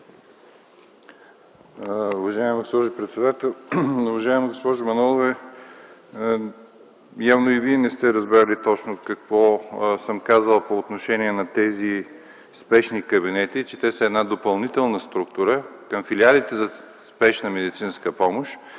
Уважаема госпожо председател, уважаема госпожо Манолова! Явно и Вие не сте разбрали точно какво съм казал по отношение на тези спешни кабинети – че те са допълнителна структура към филиалите за спешна медицинска помощ.